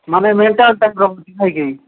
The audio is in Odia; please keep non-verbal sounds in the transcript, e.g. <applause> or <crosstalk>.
ମାନେ ମେଣ୍ଟାଲଟା <unintelligible>